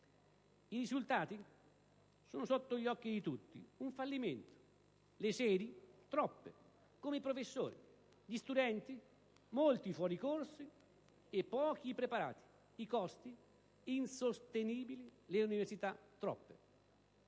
I risultati? Sono sotto gli occhi di tutti: un fallimento. Le sedi? Troppe, come i professori. Gli studenti? Molti i fuori corso e pochi i preparati. I costi? Insostenibili. Le università? Troppe.